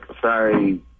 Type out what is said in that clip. sorry